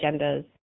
agendas